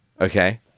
Okay